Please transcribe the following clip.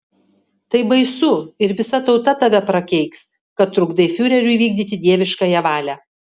tai baisu ir visa tauta tave prakeiks kad trukdai fiureriui vykdyti dieviškąją valią